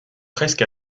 presque